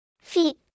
feet